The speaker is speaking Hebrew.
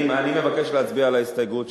אני מבקש להצביע על ההסתייגות,